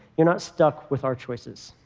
you're not stuck with our choices.